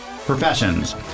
professions